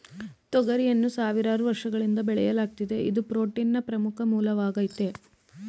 ತೊಗರಿಯನ್ನು ಸಾವಿರಾರು ವರ್ಷಗಳಿಂದ ಬೆಳೆಯಲಾಗ್ತಿದೆ ಇದು ಪ್ರೋಟೀನ್ನ ಪ್ರಮುಖ ಮೂಲವಾಗಾಯ್ತೆ